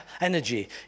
energy